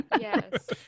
Yes